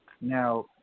Now